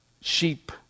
sheep